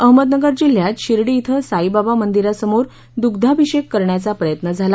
अहमदनगर जिल्ह्यात शिर्डी धिं साईबाबा मंदिरासमोर दुग्धाभिषेक करण्याचा प्रयत्न झाला